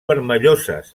vermelloses